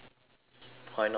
why not teaching